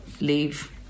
leave